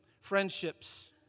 friendships